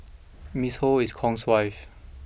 Miss Ho is Kong's wife